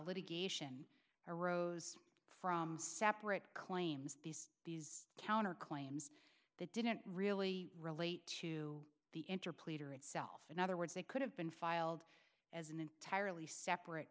litigation arose from separate claims this is counter claims that didn't really relate to the enter pleader itself in other words they could have been filed as an entirely separate